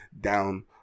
down